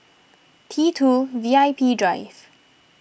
T two VIP Drive